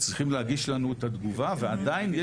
צריכים להגיש לנו את התגובה ועדיין,